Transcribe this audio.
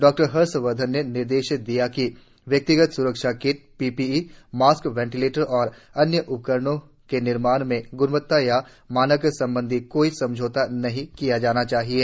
doctor Harshvardhan ने निर्देश दिये कि व्यक्तिगत स्रक्षा किट पीपीई मास्क वेंटीलेटर और अन्य उपकरणों के निर्माण में ग्णवत्ता या मानक संबंधी कोई समझौता नहीं किया जाना चाहिये